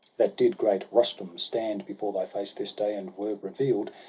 that did great rustum stand before thy face this day, and were reveal'd.